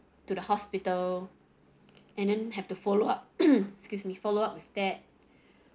to the hospital and then have to follow up excuse me follow up with that